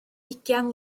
ugain